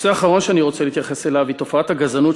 נושא אחרון שאני רוצה להתייחס אליו הוא תופעת הגזענות,